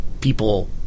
people